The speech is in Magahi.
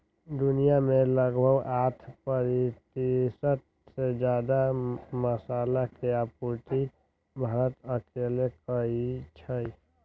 दुनिया में लगभग साठ परतिशत से जादा मसाला के आपूर्ति भारत अकेले करई छई